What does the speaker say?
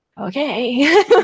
okay